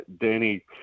Danny